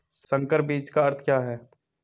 संकर बीज का अर्थ क्या है?